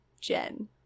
Jen